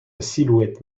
silhouette